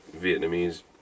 Vietnamese